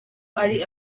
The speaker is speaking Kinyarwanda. ari